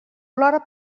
plora